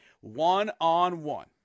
one-on-one